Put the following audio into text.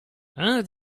hein